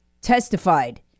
testified